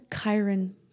Chiron